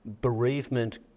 bereavement